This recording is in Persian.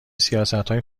سیاستهای